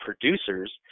producers